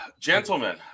Gentlemen